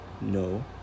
No